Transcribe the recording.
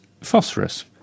phosphorus